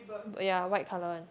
ya white colour one